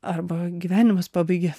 arba gyvenimas pabaigia